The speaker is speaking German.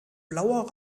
blauer